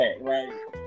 right